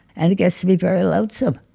and it gets to be very lonesome.